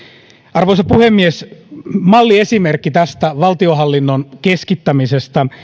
arvoisa puhemies malliesimerkki tästä valtionhallinnon keskittämisestä